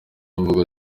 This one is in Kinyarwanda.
imvugo